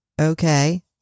Okay